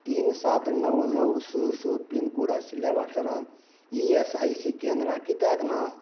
तीन सात णव णव स स पिनकोड आशिल्ल्या वाठारात इ एस आय सी केंद्रां कित्याक ना